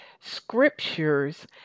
scriptures